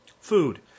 Food